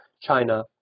China